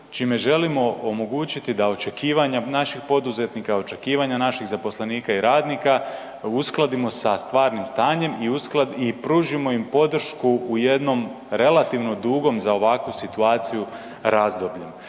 čime želimo omogućiti da očekivanja naših poduzetnika, očekivanja naših zaposlenika i radnika uskladimo sa stvarnim stanjem i pružimo im podršku u jednom relativno dugom za ovakvu situaciju razdoblju.